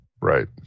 Right